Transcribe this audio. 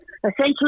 Essentially